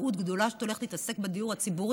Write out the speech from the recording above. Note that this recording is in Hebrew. טעות גדולה שאת הולכת להתעסק בדיור הציבורי,